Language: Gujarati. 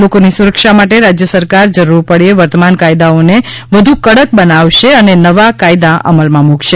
લોકોની સુરક્ષા માટે રાજ્ય સરકાર જરૂર પડચે વર્તમાન કાયદાઓને વધુ કડક બનાવશે અને નવા કાયદા અમલમાં મૂકશે